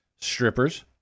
strippers